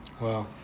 Wow